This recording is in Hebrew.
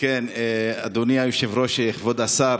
אדוני היושב-ראש, כבוד השר,